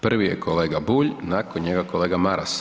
Prvi je kolega Bulj, nakon njega kolega Maras.